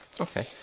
Okay